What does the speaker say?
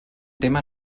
tema